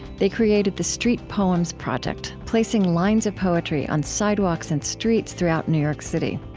they created the street poems project, placing lines of poetry on sidewalks and streets throughout new york city.